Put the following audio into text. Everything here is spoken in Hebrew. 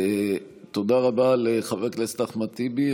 תודה רבה לחבר הכנסת אחמד טיבי.